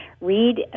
read